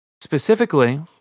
specifically